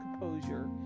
composure